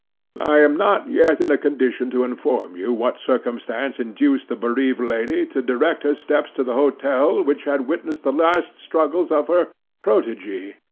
i am not yet in a condition to inform you what circumstance induced the bereaved lady to direct her steps to the hotel which had witnessed the last struggles of her protege.